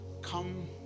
come